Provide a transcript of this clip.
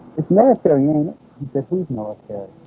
it's military, ain't it? he said whose military?